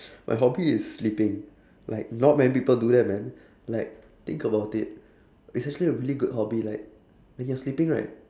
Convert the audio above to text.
my hobby is sleeping like not many people do that man like think about it it's actually a really good hobby like when you're sleeping right